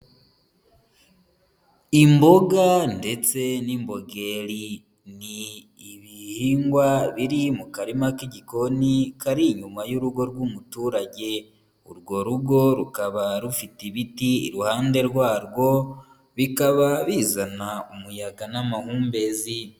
Imboga ndetse n'imbogeri, ni ibihingwa biri mu karima k'igikoni, kari inyuma y'urugo rw'umuturage, urwo rugo rukaba rufite ibiti iruhande rwarwo, bikaba bizana umuyaga n'amahumbezi.